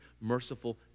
merciful